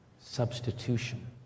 substitution